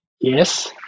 Yes